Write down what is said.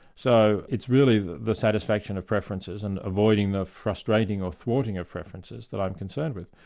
so it's really the the satisfaction of preferences and avoiding the frustrating or thwarting of preferences that i'm concerned with.